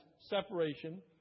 separation